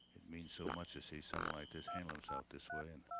it means so much to see someone like this handle himself this way and